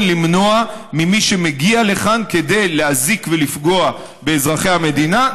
למנוע ממי שמגיע לכאן כדי להזיק ולפגוע באזרחי המדינה,